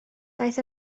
daeth